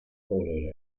fourteen